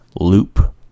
loop